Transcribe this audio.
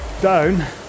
down